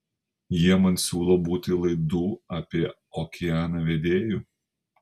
jie man siūlo būti laidų apie okeaną vedėju